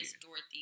Dorothy